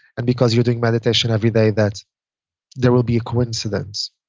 and because you're doing meditation every day that there will be a coincidence.